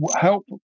help